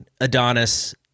Adonis